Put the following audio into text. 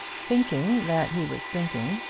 thinking that he was thinking,